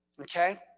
okay